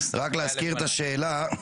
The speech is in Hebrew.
רק להזכיר את השאלה,